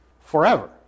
forever